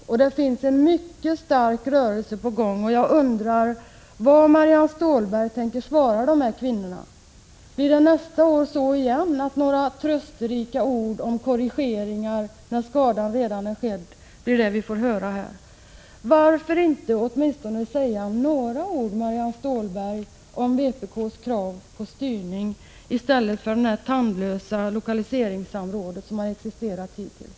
Bland kvinnorna finns en mycket stark rörelse på gång. Jag undrar vad Marianne Stålberg tänker svara dessa kvinnor. Blir det likadant nästa år, dvs. några trösterika ord om korrigeringar, när skadan redan är skedd? Varför inte säga åtminstone några ord, Marianne Stålberg, om vpk:s krav på styrning i stället för det tandlösa lokaliseringssamråd som existerat hittills?